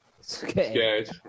Scared